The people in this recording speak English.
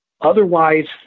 otherwise